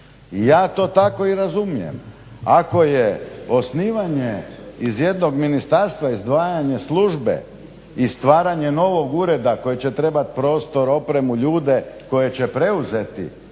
I ja to tako i razumije, ako je osnivanje iz jednog ministarstva izdvajanje službe i stvaranje novog ureda koji će treba prostor, opremu, ljude koje će preuzeti